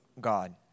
God